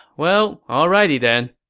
well, alrighty then.